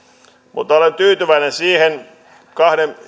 mutta olen tyytyväinen siihen kahden